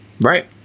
Right